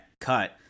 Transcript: cut